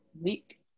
Week